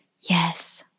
Yes